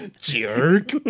Jerk